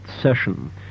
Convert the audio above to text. session